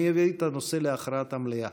אני אביא את הנושא להכרעת המליאה.